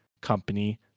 Company